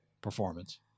performance